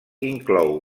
inclou